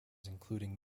including